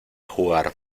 jugar